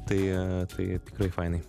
tai tai tikrai fainai